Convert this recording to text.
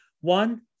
One